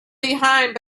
behind